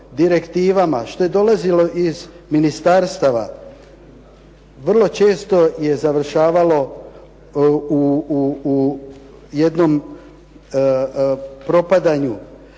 što je dolazilo iz ministarstva vrlo često je završavalo u jednom propadanju,